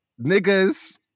niggas